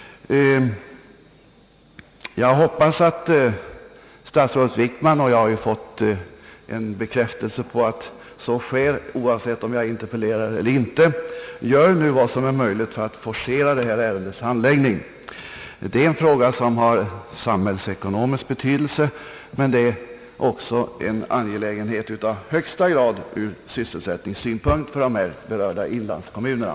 Jag hoppas att statsrådet Wickman gör vad som är möjligt för att forcera handläggningen av detta ärende. Denna fråga har betydelse samhällsekonomiskt men också i högsta grad ur sysselsättningssynpunkt för de här berörda inlandskommunerna.